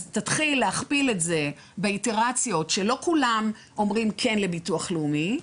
אז תתחיל להכפיל את זה באיטרציות שלא כולם אומרים כן לביטוח לאומי.